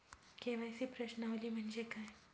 KYC प्रश्नावली म्हणजे काय?